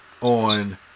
on